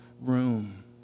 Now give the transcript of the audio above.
room